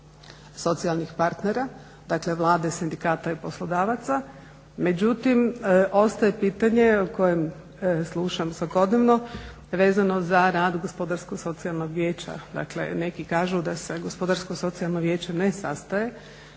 socijalnih partnera, dakle Vlade, sindikata i poslodavaca, međutim ostaje pitanje o kojem slušam svakodnevno, vezano za rad Gospodarsko-socijalnog vijeća. Dakle neki kažu da se Gospodarsko-socijalno vijeće ne sastaje,